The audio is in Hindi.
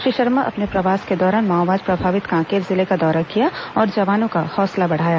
श्री शर्मा अपने प्रवास के दौरान माओवाद प्रभावित कांकेर जिले का दौरा किया और जवानों का हौसला बढ़ाया